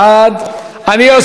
אני אוסיף את הקול שלך,